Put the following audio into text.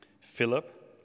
Philip